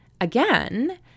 again